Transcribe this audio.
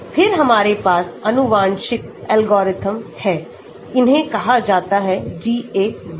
फिर हमारे पास आनुवंशिक एल्गोरिथ्म है इन्हें कहा जाता है GA वर्ग